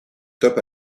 top